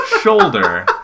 shoulder